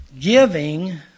giving